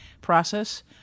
process